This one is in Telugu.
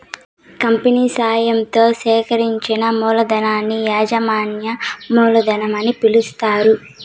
కంపెనీ సాయంతో సేకరించిన మూలధనాన్ని యాజమాన్య మూలధనం అని పిలుస్తారు